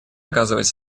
оказывать